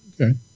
Okay